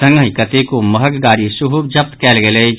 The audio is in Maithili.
संगहि कतेको मंहग गाड़ी सेहो जब्त कयल गेल अछि